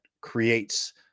creates